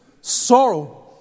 Sorrow